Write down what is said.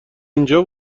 اینجا